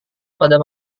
pada